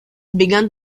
began